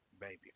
baby